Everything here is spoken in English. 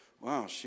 Wow